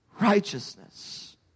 righteousness